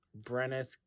Brenneth